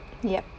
yup